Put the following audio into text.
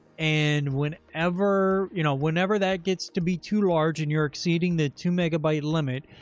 and whenever you know, whenever that gets to be too large and you're exceeding the two megabyte limit,